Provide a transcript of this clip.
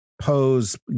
pose